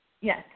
Yes